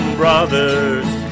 brothers